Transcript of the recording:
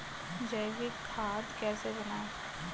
जैविक खाद कैसे बनाएँ?